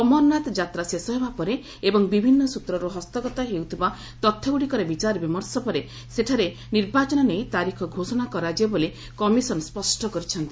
ଅମରନାଥ ଯାତ୍ରା ଶେଷ ହେବା ପରେ ଏବଂ ବିଭିନ୍ନ ସୂତ୍ରରୁ ହସ୍ତଗତ ହେଉଥିବା ତଥ୍ୟଗୁଡ଼ିକର ବିଚାର ବିମର୍ଶ ପରେ ସେଠାରେ ନିର୍ବାଚନ ନେଇ ତାରିଖ ଘୋଷଣା କରାଯିବ ବୋଲି କମିଶନ ସ୍ୱଷ୍ଟ କରିଛନ୍ତି